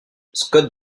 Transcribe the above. scott